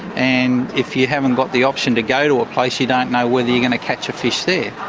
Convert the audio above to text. and if you haven't got the options to go to a place, you don't know whether you're going to catch a fish there.